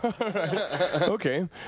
Okay